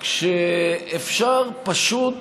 כשאפשר פשוט